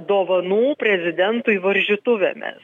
dovanų prezidentui varžytuvėmis